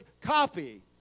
copy